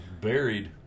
buried